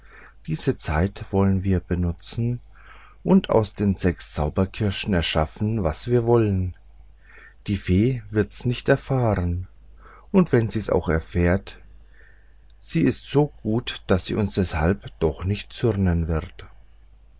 diese zeit wollen wir benutzen und aus den sechs zauberkirschen erschaffen was wir wollen die fee wird's nicht erfahren und wenn sie's auch erfährt sie ist so gut daß sie uns deshalb doch nicht zürnen wird